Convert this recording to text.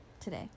today